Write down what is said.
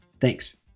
Thanks